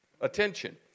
attention